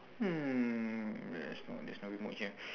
hmm there's no there's no remote here